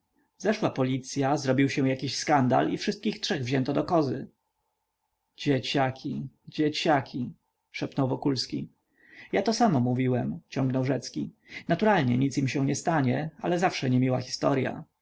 zeszła policya zrobił się jakiś skandal i wszystkich trzech wzięto do kozy dzieciaki dzieciaki szepnął wokulski ja to samo mówiłem ciągnął rzecki naturalnie nic im się nie stanie ale zawsze niemiła historya